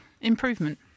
improvement